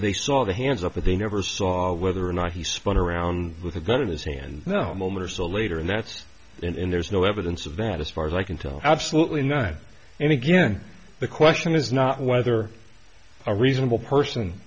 they saw the hands up that they never saw whether or not he spun around with a gun in his hand now moment or so later and that's in there's no evidence of that as far as i can tell absolutely none and again the question is not whether a reasonable person